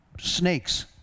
snakes